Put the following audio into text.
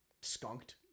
skunked